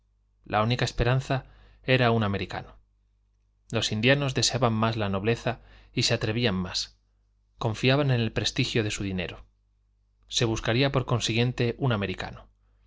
la única esperanza era un americano los indianos deseaban más la nobleza y se atrevían más confiaban en el prestigio de su dinero se buscaría por consiguiente un americano